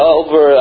over